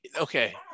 Okay